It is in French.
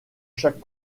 chaque